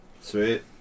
Sweet